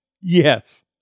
Yes